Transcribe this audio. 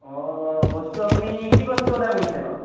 অঁ বস্তু আপুনি কি বস্তু অৰ্ডাৰ কৰিছিলে বাৰু